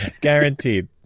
Guaranteed